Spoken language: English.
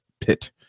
pit